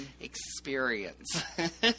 Experience